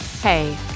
Hey